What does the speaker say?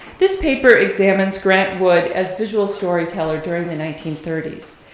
this paper examines grant wood as visual storyteller during the nineteen thirty s.